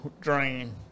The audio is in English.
drain